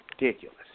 ridiculous